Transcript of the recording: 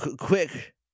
Quick